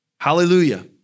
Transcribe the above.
Hallelujah